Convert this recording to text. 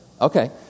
Okay